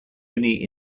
only